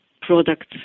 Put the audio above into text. products